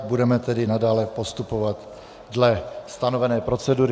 Budeme tedy nadále postupovat dle stanovené procedury.